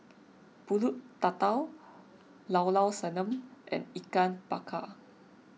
Pulut Tatal Llao Llao Sanum and Ikan Bakar